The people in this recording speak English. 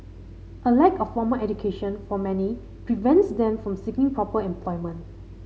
a lack of formal education for many prevents them from seeking proper employment